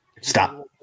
Stop